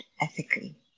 ethically